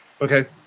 Okay